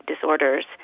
disorders